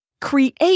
create